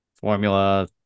Formula